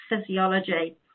physiology